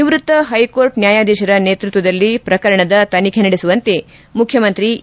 ನಿವೃತ್ತ ಹೈಕೋರ್ಟ್ ನ್ಯಾಯಾಧೀಶರ ನೇತೃತ್ತದಲ್ಲಿ ಪ್ರಕರಣದ ತನಿಖೆ ನಡೆಸುವಂತೆ ಮುಖ್ಯಮಂತ್ರಿ ಇ